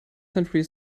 century